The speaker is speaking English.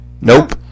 Nope